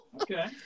Okay